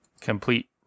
complete